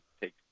take